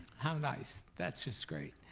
how nice, that's just great.